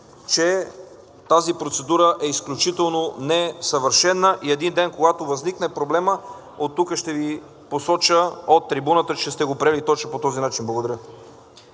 че тази процедура е изключително несъвършена и един ден, когато възникне проблем, оттук, от трибуната, ще Ви посоча, че сте го приели точно по този начин. Благодаря.